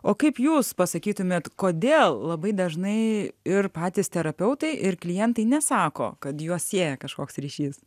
o kaip jūs pasakytumėt kodėl labai dažnai ir patys terapeutai ir klientai nesako kad juos sieja kažkoks ryšys